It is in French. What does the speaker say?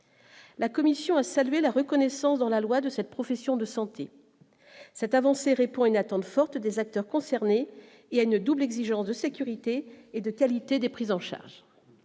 la Commission a salué la reconnaissance dans la loi de cette profession de santé cette avancée répond à une attente forte des acteurs concernés, il y a une double exigence de sécurité et de qualité des prises en charge,